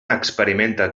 experimenta